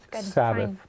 Sabbath